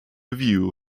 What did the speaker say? view